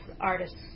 artist's